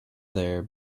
there